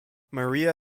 maria